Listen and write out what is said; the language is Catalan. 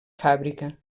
fàbrica